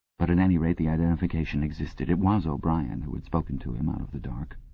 but at any rate the identification existed. it was o'brien who had spoken to him out of the dark.